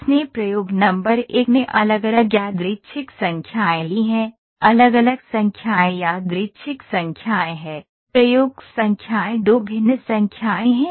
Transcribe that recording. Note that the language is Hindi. इसने प्रयोग नंबर एक में अलग अलग यादृच्छिक संख्याएँ ली हैं अलग अलग संख्याएँ यादृच्छिक संख्याएँ हैं प्रयोग संख्याएँ दो भिन्न संख्याएँ हैं